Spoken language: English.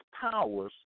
powers